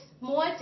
more